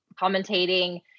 commentating